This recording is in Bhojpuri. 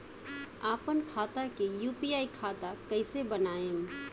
आपन खाता के यू.पी.आई खाता कईसे बनाएम?